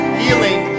healing